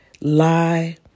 lie